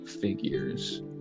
figures